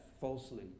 falsely